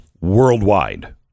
worldwide